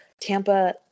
Tampa